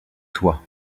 toit